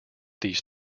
these